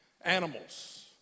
animals